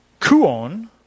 Kuon